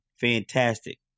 Fantastic